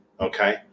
Okay